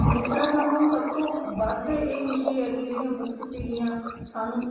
ਦੂਸਰਾ ਸਾਨੂੰ ਸਭ ਤੋਂ ਵੱਧ ਇਹ ਖੁਸ਼ੀ ਹੈ ਕਿ ਜਿਹੜੀਆਂ ਬੁੱਕਸ ਸੀਗੀਆਂ ਸਾਨੂੰ